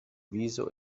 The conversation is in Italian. viso